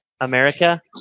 America